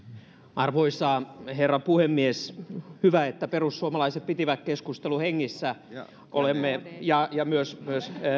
arvoisa herra puhemies hyvä että perussuomalaiset pitivät keskustelun hengissä ja ja myös myös